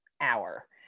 hour